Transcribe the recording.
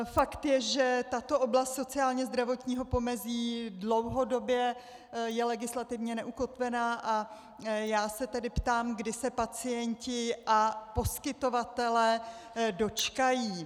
Fakt je, že tato oblast sociálnězdravotního pomezí je dlouhodobě legislativně neukotvená, a já se tedy ptám, kdy se pacienti a poskytovatelé dočkají.